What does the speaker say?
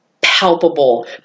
palpable